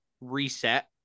reset